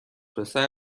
پسر